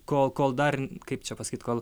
kol kol dar kaip čia pasakyt kol